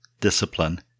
discipline